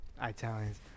Italians